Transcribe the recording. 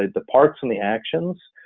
ah the parts and the actions,